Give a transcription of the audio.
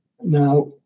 Now